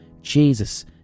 ...Jesus